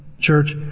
church